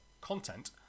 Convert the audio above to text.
content